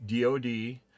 DOD